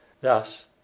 Thus